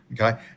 okay